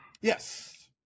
Yes